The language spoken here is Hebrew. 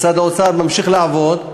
ומשרד האוצר ממשיך לעבוד,